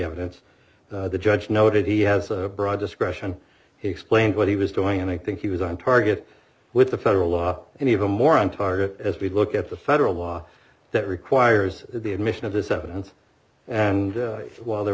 evidence the judge noted he has a broad discretion he explained what he was doing and i think he was on target with the federal law and even more on target as we look at the federal law that requires the admission of this evidence and while there